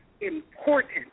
important